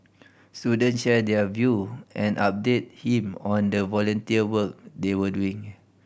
students shared their view and updated him on the volunteer work they were doing